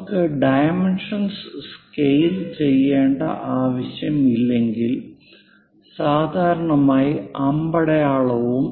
നമുക്ക് dimensions scale ചെയ്യേണ്ട ആവശ്യം ഇല്ലെങ്കിൽ സാധാരണയായി അമ്പടയാളവും